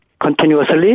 continuously